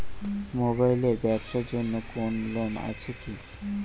Mobile এর ব্যাবসার জন্য কোন লোন আছে কি?